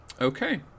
Okay